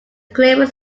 clear